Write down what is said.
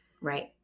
Right